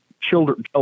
children